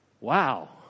wow